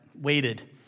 waited